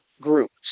groups